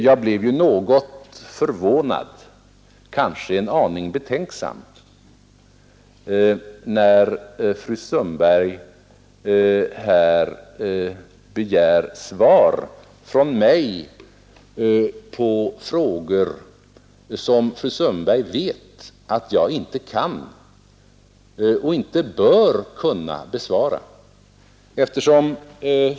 Jag blev något förvånad, kanske också en aning betänksam, när fru Sundberg här begärde svar av mig på frågor som fru Sundberg vet att jag inte kan — och inte bör kunna — besvara.